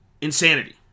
insanity